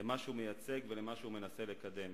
למה שהוא מייצג ולמה שהוא מנסה לקדם.